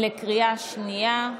בקריאה שנייה.